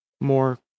more